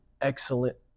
excellent